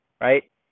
right